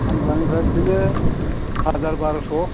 सामब्रानिफ्रा बिदिनो हासार बारस'